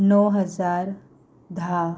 णव हजार धा